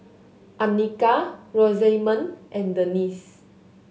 Annika Rosamond and Denice